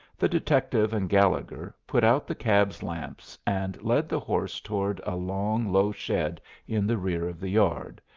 the detective and gallegher put out the cab's lamps and led the horse toward a long, low shed in the rear of the yard,